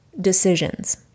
decisions